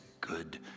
good